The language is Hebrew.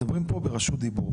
מדברים פה ברשות דיבור,